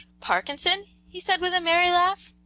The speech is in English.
parkinson? he said with a merry laugh.